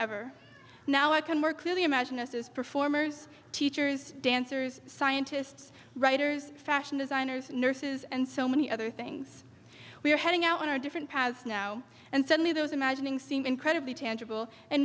ever now i can more clearly imagine this is performers teachers dancers scientists writers fashion designers nurses and so many other things we are heading out on our different paths now and suddenly those imagining seem incredibly tangible and